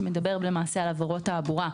שמדבר למעשה על עבירות תעבורה,